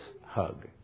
hug